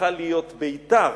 שהפכה להיות ביתר.